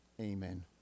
Amen